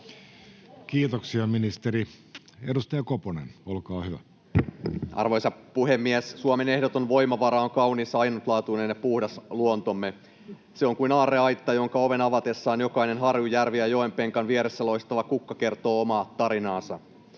muuttamisesta Time: 17:01 Content: Arvoisa puhemies! Suomen ehdoton voimavara on kaunis, ainutlaatuinen ja puhdas luontomme. Se on kuin aarreaitta, jonka oven avatessa jokainen harju, järvi ja joenpenkan vieressä loistava kukka kertoo omaa tarinaansa.